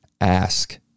ask